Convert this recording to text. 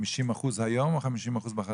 חמישים אחוז היום או חמישים אחוז בחדש?